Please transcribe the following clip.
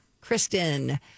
Kristen